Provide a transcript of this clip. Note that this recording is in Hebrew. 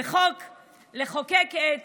וחקיקת